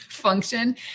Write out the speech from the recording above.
function